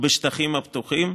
ובשטחים הפתוחים.